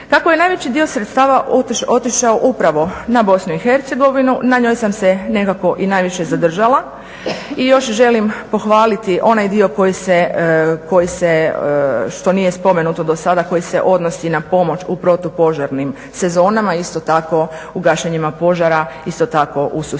Kako je najveći dio sredstava otišao upravo na BIH na njoj sam se nekako i najviše zadržala i još želim pohvaliti onaj dio koji se što nije spomenuto do sada koji se odnosi na pomoć u protupožarnim sezonama isto tako u gašenjima požara, isto tako u susjednoj